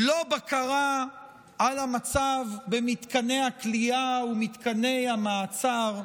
לא בקרה על המצב במתקני הכליאה ומתקני המעצר,